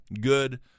good